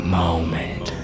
moment